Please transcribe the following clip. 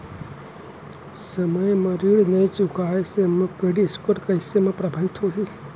समय म ऋण नई चुकोय से मोर क्रेडिट स्कोर कइसे म प्रभावित होही?